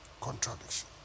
contradiction